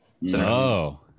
no